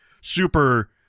super